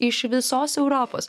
iš visos europos